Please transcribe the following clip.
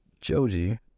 Joji